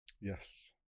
Yes